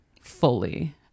fully